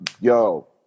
yo